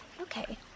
Okay